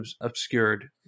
obscured